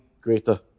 greater